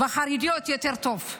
וחרדיות יותר טוב.